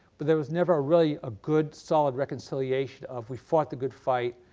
but there was never really a good solid reconciliation of we fought the good fight,